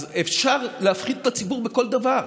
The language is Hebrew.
אז אפשר להפחיד את הציבור בכל דבר,